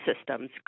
systems